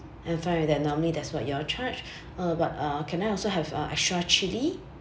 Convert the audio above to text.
I'm fine with that normally that's what you all charged uh but uh can I also have uh extra chilli